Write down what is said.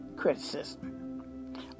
criticism